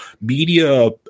media